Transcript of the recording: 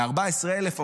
מ-14,000.